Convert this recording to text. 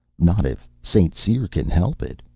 not if st. cyr can help it,